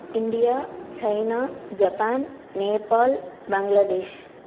India China Japan Nepal Bangladesh